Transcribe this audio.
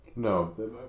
No